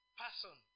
person